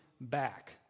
back